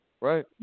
Right